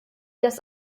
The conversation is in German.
das